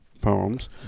poems